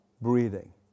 breathing